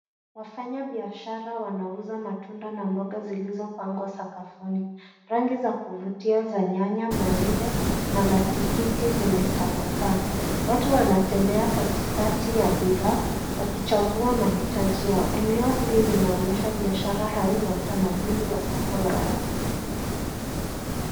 Wafanyabiashara wanauza matunda na mboga zilizopangwa sakafuni. Rangi za kuvutia za nyanya, maembe na matikiti zimetapakaa. Watu wanatembea katikati ya bidhaa, wakichagua mahitaji yao. Eneo hili linaonyesha biashara aina ya utamaduni wa soko la wazi.